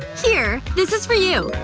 here. this is for you.